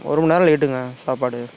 ஒரு மணிநேரம் லேட்டுங்க சாப்பாடு